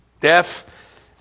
deaf